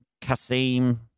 Kasim